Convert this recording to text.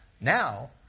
Now